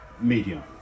medium